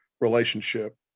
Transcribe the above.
relationship